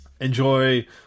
enjoy